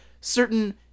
certain